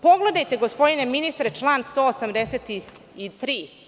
Pogledajte, gospodine ministre, član 183.